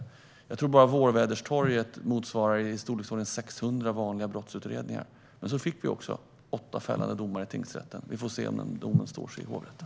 Jag tror att bara utredningen om Vårväderstorget motsvarar i storleksordningen 600 vanliga brottsutredningar, men så fick vi också åtta fällande domar i tingsrätten. Vi får se om de domarna står sig i hovrätten.